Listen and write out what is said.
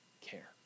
care